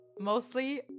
Mostly